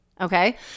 Okay